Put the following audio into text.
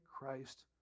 Christ